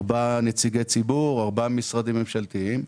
ארבעה נציגי ציבור, ארבעה משרדים ממשלתיים.